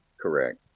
Correct